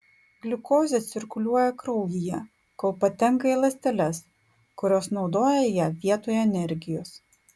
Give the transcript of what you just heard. gliukozė cirkuliuoja kraujyje kol patenka į ląsteles kurios naudoja ją vietoj energijos